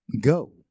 Go